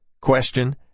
Question